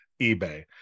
eBay